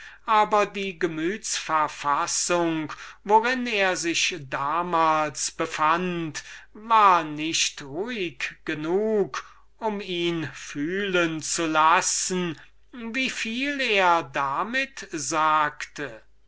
grausam aber die gemüts verfassung worin er sich damals befand war nicht ruhig genug um ihn fühlen zu lassen wie viel er damit sagte